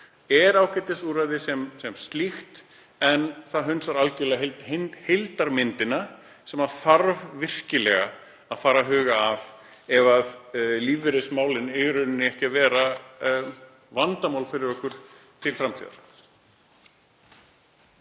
er ágætisúrræði sem slíkt en það hunsar algerlega heildarmyndina sem þarf virkilega að fara að huga að ef lífeyrismálin eiga ekki að verða vandamál fyrir okkur til framtíðar.